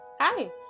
Hi